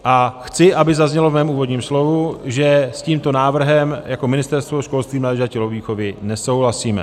A chci, aby zaznělo v mém úvodním slovu, že s tímto návrhem jako Ministerstvo školství, mládeže a tělovýchovy nesouhlasíme.